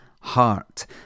heart